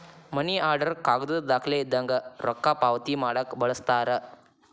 ಮನಿ order ಕಾಗದದ್ ದಾಖಲೆ ಇದ್ದಂಗ ರೊಕ್ಕಾ ಪಾವತಿ ಮಾಡಾಕ ಬಳಸ್ತಾರ